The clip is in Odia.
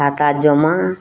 ଖାତା ଜମା